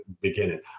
beginning